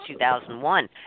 2001